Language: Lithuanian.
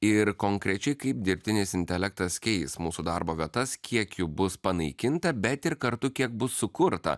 ir konkrečiai kaip dirbtinis intelektas keis mūsų darbo vietas kiek jų bus panaikinta bet ir kartu kiek bus sukurta